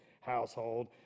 household